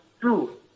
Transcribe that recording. two